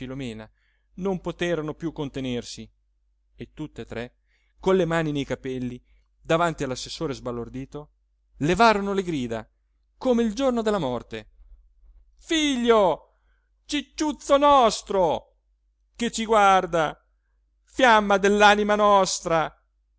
non poterono più contenersi e tutt'e tre con le mani nei capelli davanti all'assessore sbalordito levarono le grida come il giorno della morte figlio cicciuzzo nostro che ci guarda fiamma dell'anima nostra